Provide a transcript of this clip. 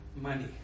money